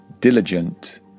diligent